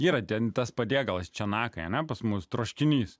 yra ten tas patiekalas čenakai ane pas mus troškinys